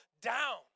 down